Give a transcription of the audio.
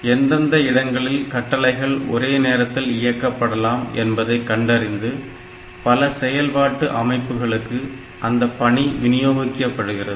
எந்தெந்த இடங்களில் கட்டளைகள் ஒரே நேரத்தில் இயக்க படலாம் என்பதை கண்டறிந்து பல செயல்பாட்டு அமைப்புகளுக்கு அந்தப் பணி வினியோகிக்கப்படுகிறது